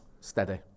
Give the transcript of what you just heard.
steady